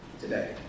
today